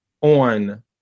on